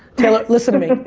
taylor, listen to me.